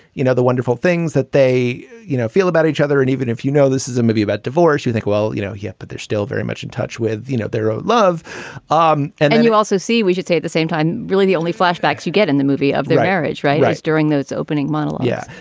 you know, the wonderful things that they feel about each other. and even if, you know, this is a movie about divorce, you think, well, you know, yet. but they're still very much in touch with, you know, their love um and then you also see, we should say at the same time, really the only flashbacks you get in the movie of their marriage. right. during those opening monologue yeah.